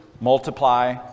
multiply